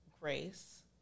grace